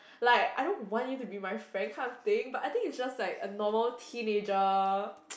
like I don't want you to be my friend kind of thing but I think it's just like a normal teenager